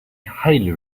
highly